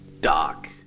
Doc